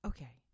Okay